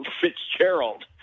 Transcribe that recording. Fitzgerald